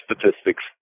statistics